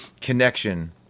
connection